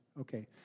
Okay